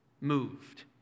moved